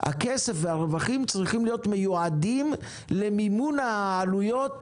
הכסף והרווחים צריכים להיות מיועדים למימון עלויות